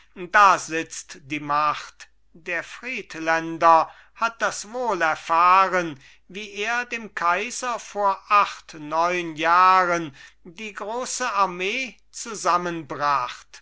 da sitzt die macht der friedländer hat das wohl erfahren wie er dem kaiser vor acht neun jahren die große armee zusammenbracht